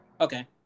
Okay